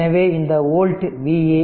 எனவே இந்த old Va